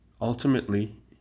Ultimately